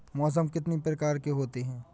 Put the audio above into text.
मौसम कितनी प्रकार के होते हैं?